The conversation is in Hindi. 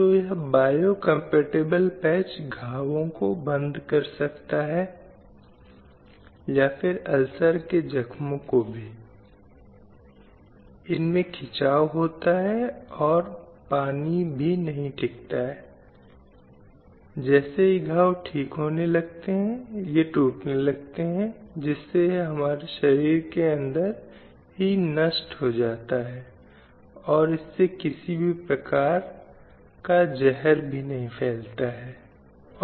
और यह निष्कर्ष निकाला कि भले ही वे अधिकार और अवसर संविधान द्वारा निर्धारित किए गए हों लेकिन यह उन उपलब्धियों के संदर्भ में जो हमारे पास हैं वास्तविकता से बहुत दूर है और पूरी प्रक्रिया में बहुत कुछ किया जाना बाकी है